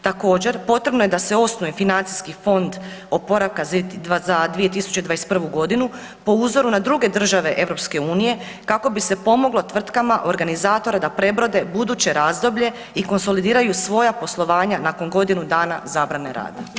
Također, potrebno je da se osnuje financijski fond oporavka za 2021. godinu po uzoru na druge države EU kako bi se pomoglo tvrtkama organizatora da prebrode buduće razdoblje i konsolidiraju svoja poslovanja nakon godinu dana zabrane rada.